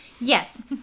Yes